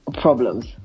problems